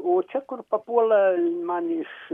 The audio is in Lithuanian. o čia kur papuola man iš